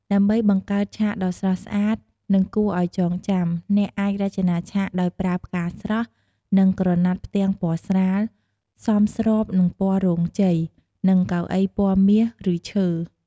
ដើម្បីបង្កើតឆាកដ៏ស្រស់ស្អាត និងគួរឱ្យចងចាំ អ្នកអាចរចនាឆាកដោយប្រើផ្កាស្រស់ និងក្រណាត់ផ្ទាំងពណ៌ស្រាល សមស្របនឹងពណ៌រោងជ័យ និងកៅអីពណ៌មាស ឬឈើ។